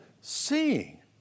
seeing